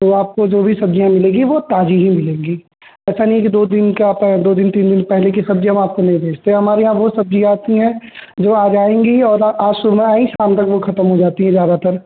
तो आपको जो भी सब्ज़ियाँ मिलेंगी वे ताज़ी ही मिलेंगी ऐसा नहीं है दो दिन क्या आपका दो दिन तीन दिन पहले की सब्ज़ी हम आपको नहीं बेचते हैं हमारे यहाँ वो सब्ज़ी आती है जो आज आएँगी और आज सुबह आई शाम तक वह खत्म हो जाती है ज़्यादातर